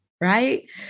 right